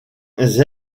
les